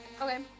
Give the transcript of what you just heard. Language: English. Okay